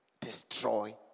destroy